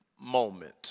moment